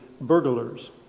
burglars